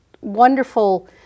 wonderful